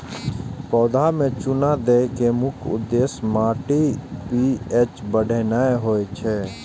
पौधा मे चूना दै के मुख्य उद्देश्य माटिक पी.एच बढ़ेनाय होइ छै